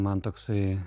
man toksai